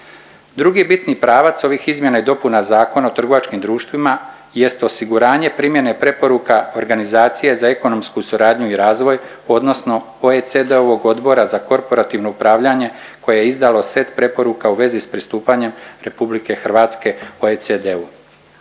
Drugi bitni pravac ovih izmjena i dopuna Zakona o trgovačkim društvima jest osiguranje primjene preporuka Organizacije za ekonomsku suradnju i razvoj odnosno OECD-ovog Odbora za korporativno upravljanje koje je izdalo set preporuka u vezi s pristupanjem RH OECD-u.